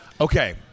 Okay